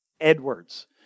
Edwards